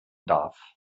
darf